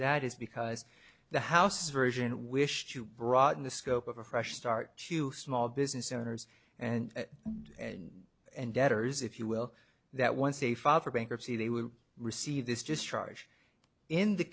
that is because the house version wish to broaden the scope of a fresh start to small business owners and and debtors if you will that once a file for bankruptcy they will receive this just charge in